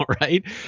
right